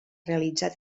realitzar